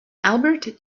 albert